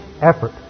effort